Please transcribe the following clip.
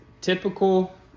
typical